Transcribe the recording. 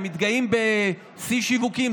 הם מתגאים בשיא שיווקים,